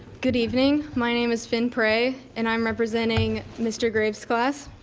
good evening. my name is fin pray. and i'm representing mr. graves' class.